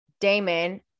Damon